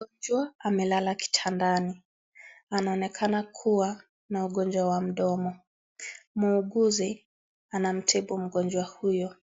Mgonjwa amelala kitandani. Anaonekana kuwa na ugonjwa wa mdomo. Muuguzi anamtibu mgonjwa huyo